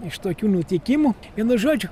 iš tokių nutikimų vienu žodžiu